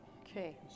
Okay